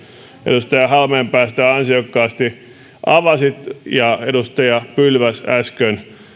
edustaja halmeenpää sitä ansiokkaasti avasi ja edustaja pylväs äsken